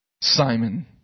Simon